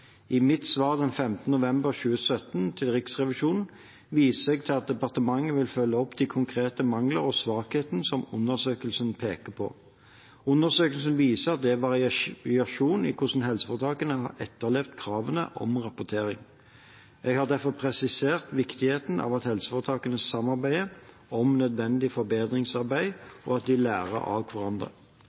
I mitt svar av 15. november 2017 til Riksrevisjonen viser jeg til at departementet vil følge opp de konkrete manglene og svakhetene som undersøkelsen peker på. Undersøkelsen viser at det er variasjon i hvordan helseforetakene har etterlevd kravene om rapportering. Jeg har derfor presisert viktigheten av at helseforetakene samarbeider om nødvendig forbedringsarbeid, og at de lærer av hverandre.